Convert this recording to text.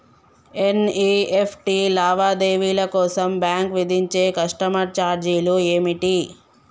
NEFT లావాదేవీల కోసం bank విధించే కస్టమర్ ఛార్జీలు ఏమిటి?